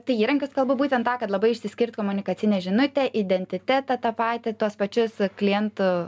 tai įrankius kalbu būtent tą kad labai išsiskirt komunikacine žinute identitetą tą patį tuos pačius klientų